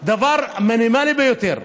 דבר מינימלי ביותר.